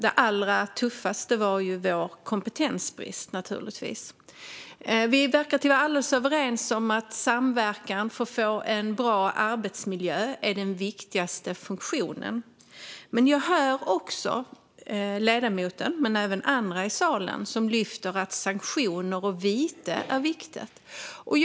Det allra tuffaste var kompetensbristen. Vi verkar vara överens om att samverkan för att få en bra arbetsmiljö är den viktigaste funktionen, men jag hör också ledamoten och andra i salen lyfta fram att sanktioner och viten är viktiga.